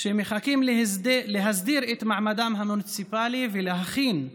שמחכים להסדרת מעמדם המוניציפלי ולהכנת